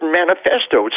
manifesto